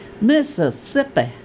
Mississippi